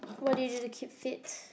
what do you do to keep fit